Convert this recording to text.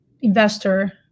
investor